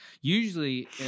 usually